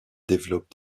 développe